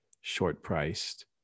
short-priced